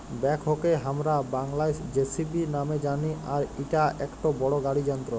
ব্যাকহোকে হামরা বাংলায় যেসিবি নামে জানি আর ইটা একটো বড় গাড়ি যন্ত্র